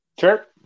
Sure